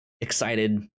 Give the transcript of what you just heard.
excited